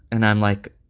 and i'm like,